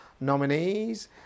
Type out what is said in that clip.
nominees